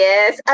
Yes